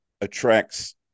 attracts